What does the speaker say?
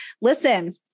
Listen